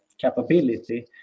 capability